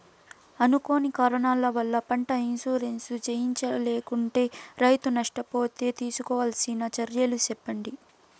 అనుకోని కారణాల వల్ల, పంట ఇన్సూరెన్సు చేయించలేకుంటే, రైతు నష్ట పోతే తీసుకోవాల్సిన చర్యలు సెప్పండి?